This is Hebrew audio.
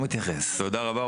תודה רבה.